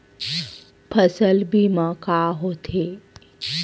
फसल बीमा का होथे?